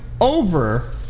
over